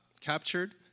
captured